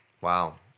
Wow